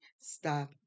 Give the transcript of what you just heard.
stop